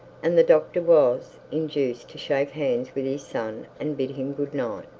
and the doctor was induced to shake hands with his son, and bid him good-night.